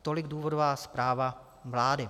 Tolik důvodová zpráva vlády.